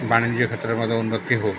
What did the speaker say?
ବାଣିଜ୍ୟ କ୍ଷେତ୍ରରେ ମଧ୍ୟ ଉନ୍ନତି ହେଉ